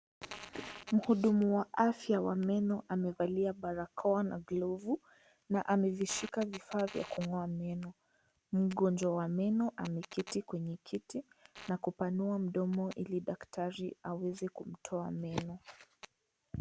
Mhudumu wa afya wa meno amevalia barakoa na glovu na amevishika vifaa vya kung'oa meno. Mgonjwa wa meno ameketi kwenye kiti na kupanua mdomo ili daktari aweze kumtoa meno.